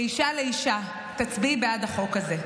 אני מבקשת ממך כאישה לאישה, תצביעי בעד החוק הזה.